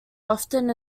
often